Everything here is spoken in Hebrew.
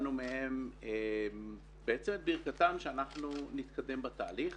וקיבלנו מהם את ברכתם להתקדם בתהליך